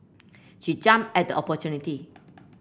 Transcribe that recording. she jumped at the opportunity